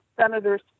senators